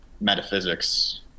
metaphysics